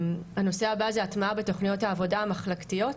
הנושא הבא זה הטמעה בתוכניות העבודה המחלקתיות,